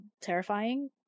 terrifying